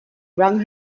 wrung